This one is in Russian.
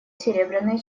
серебряные